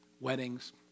Weddings